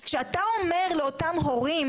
כשאתה אומר לאותם הורים